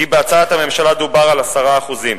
כי בהצעת הממשלה דובר על 10%,